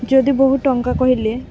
ଯଦି ବହୁ ଟଙ୍କା କହିଲେ